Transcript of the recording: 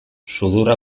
sudurra